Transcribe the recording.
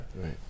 Right